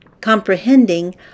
comprehending